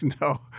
No